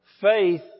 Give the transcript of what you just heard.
faith